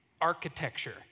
Architecture